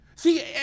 See